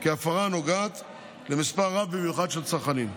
כהפרה הנוגעת למספר רב במיוחד של צרכנים.